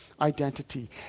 identity